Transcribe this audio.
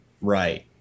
Right